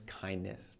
kindness